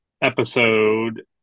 episode